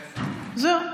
זהו.